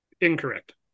incorrect